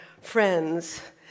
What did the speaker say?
friends